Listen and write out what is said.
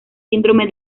síndrome